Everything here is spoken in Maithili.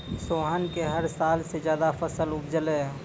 सोहन कॅ हर साल स ज्यादा फसल उपजलै